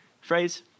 phrase